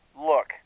look